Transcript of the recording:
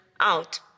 out